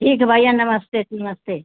ठीक है भैया नमस्ते जी नमस्ते